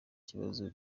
ibibazo